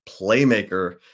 playmaker